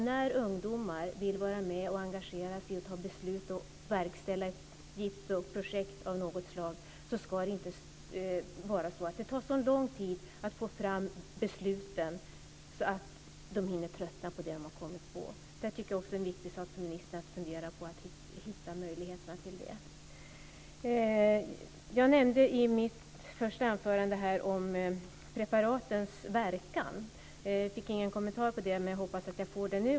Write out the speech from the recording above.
När ungdomar vill vara med och engagera sig, fatta beslut och verkställa ett jippo eller ett projekt av något slag, ska det inte ta så lång tid att få fram besluten att de hinner tröttna på det de har kommit på. Att hitta möjligheterna till detta tycker jag också är en viktig sak för ministern att fundera på. Jag nämnde preparatens verkan i mitt första anförande. Jag fick ingen kommentar till det, men jag hoppas få det nu.